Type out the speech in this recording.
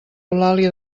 eulàlia